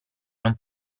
non